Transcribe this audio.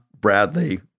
Bradley